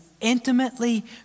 intimately